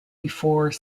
before